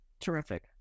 Terrific